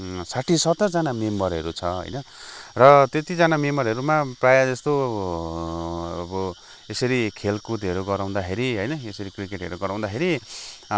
साठी सतर जना मेम्बरहरु छ होइन र त्यतिजाना मेम्बरहरूमा प्राय जस्तो अब यसरी खेलकुदहरू गराउँदाखेरि यसरी क्रिकेटहरू गराउँदाखेरि